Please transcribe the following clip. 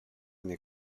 nei